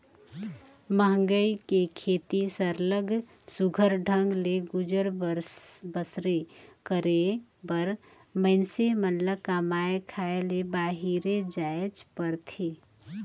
मंहगई के सेती सरलग सुग्घर ढंग ले गुजर बसर करे बर मइनसे मन ल कमाए खाए ले बाहिरे जाएच बर परथे